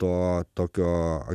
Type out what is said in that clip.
to tokio